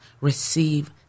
Receive